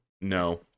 no